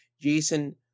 Jason